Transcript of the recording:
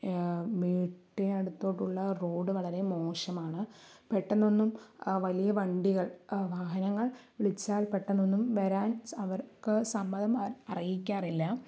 വീട്ടിനടുത്തോട്ടുള്ള road വളരെ മോശമാണ് പെട്ടന്നൊന്നും വലിയ വണ്ടികൾ വാഹനങ്ങൾ വിളിച്ചാൽ പെട്ടന്നൊന്നും വരാൻ അവർക്ക് സമ്മതം അറിയിക്കാറില്ല